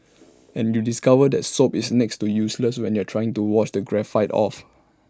and you discover that soap is next to useless when you're trying to wash the graphite off